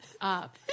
up